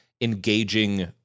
engaging